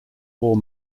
four